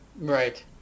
Right